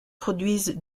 produisent